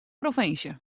provinsje